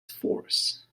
force